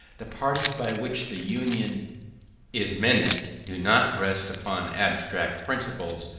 the parties by which the union is menaced do not rest upon abstract principles,